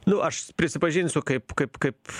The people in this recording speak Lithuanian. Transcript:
nu aš prisipažinsiu kaip kaip kaip